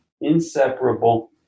inseparable